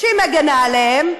שהיא מגינה עליהם,